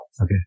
Okay